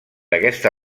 aquesta